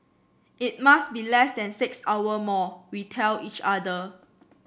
it must be less than six hour more we tell each other